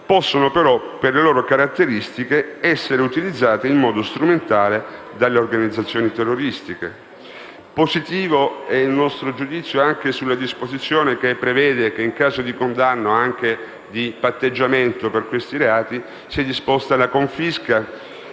vietate, per le loro caratteristiche possono però essere utilizzate in modo strumentale dalle organizzazioni terroristiche. Positivo è il nostro giudizio anche sulla norma che prevede, in caso di condanna o anche di patteggiamento per questi reati, sia disposta la confisca